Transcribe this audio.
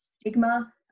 stigma